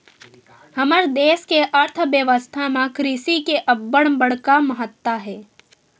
हमर देस के अर्थबेवस्था म कृषि के अब्बड़ बड़का महत्ता हे